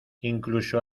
incluso